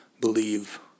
believe